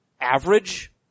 average